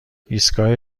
ایستگاه